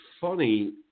funny